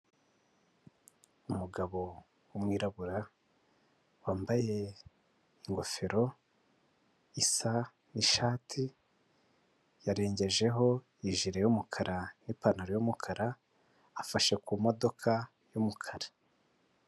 Umugabo w'umwirabura wambaye ingofero isa n'ishati yarengejeho ijire y'umukara n'ipantaro y'umukara afashe kumodoka y'umukara.